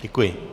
Děkuji.